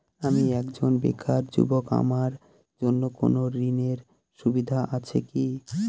আমি একজন বেকার যুবক আমার জন্য কোন ঋণের সুবিধা আছে কি?